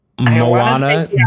Moana